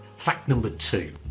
fact number two